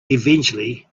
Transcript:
eventually